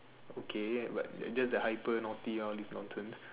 okay but just that hyper naughty all these nonsense